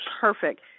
perfect